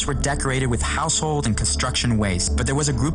גלגל תנופה זה אומר שאתה מתחיל לסובב משהו והוא זז לבד.